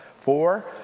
Four